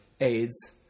AIDS